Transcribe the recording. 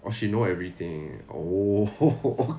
oh she know everything oh